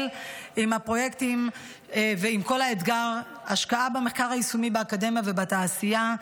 עם הפרויקטים ועם כל אתגר ההשקעה במחקר היישומי באקדמיה ובתעשייה,